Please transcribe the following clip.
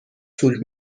طول